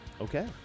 Okay